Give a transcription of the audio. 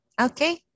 okay